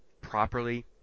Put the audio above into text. properly